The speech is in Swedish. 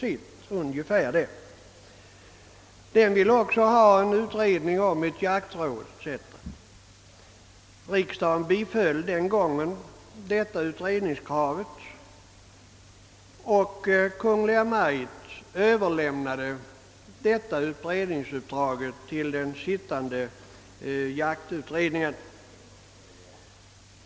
Den motion som förelades 1954 års riksdag ville ha en utredning om ett jaktråd. Riksdagen bi föll den gången utredningenskravet och Kungl. Maj:t överlämnade utredningsuppdraget till den sittande jaktutredningen.